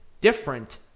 different